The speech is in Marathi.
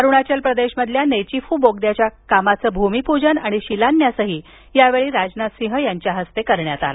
अरुणाचल प्रदेशमधील नेचीफू बोगद्याच्या कामाचं भूमिपूजन आणि शिलान्यासही यावेळी राजनाथसिंह यांच्या हस्ते करण्यात आला